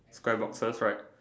Square boxes right